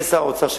ושר האוצר,